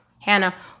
Hannah